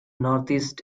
northeast